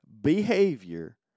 behavior